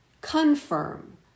confirm